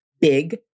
big